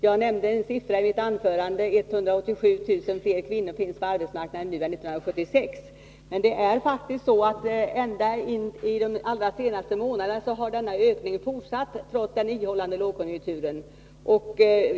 Jag nämnde en siffra i mitt anförande, nämligen att 187 000 fler kvinnor finns på arbetsmarknaden nu än 1976. Men det är faktiskt så att ända fram till de allra senaste månaderna har ökningen fortsatt trots den ihållande lågkonjunkturen.